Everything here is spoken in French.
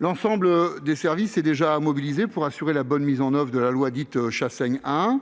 L'ensemble des services sont déjà mobilisés pour assurer la bonne mise en oeuvre de la loi « Chassaigne 1 »